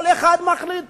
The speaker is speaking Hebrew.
כל אחד מחליט